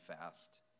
fast